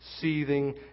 seething